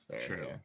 true